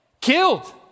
killed